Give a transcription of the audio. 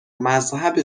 مذهب